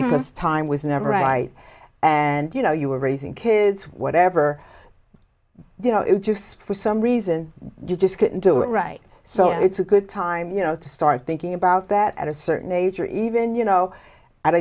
because time was never right and you know you were raising kids whatever you know it just for some reason you just couldn't do it right so it's a good time you know to start thinking about that at a certain age or even you know